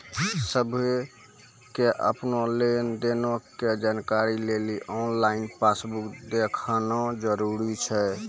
सभ्भे के अपनो लेन देनो के जानकारी लेली आनलाइन पासबुक देखना जरुरी छै